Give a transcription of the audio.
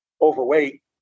overweight